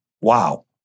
Wow